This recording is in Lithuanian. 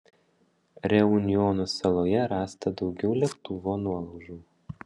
reunjono saloje rasta daugiau lėktuvo nuolaužų